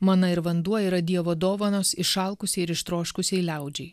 mana ir vanduo yra dievo dovanos išalkusiai ir ištroškusiai liaudžiai